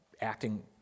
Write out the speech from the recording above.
acting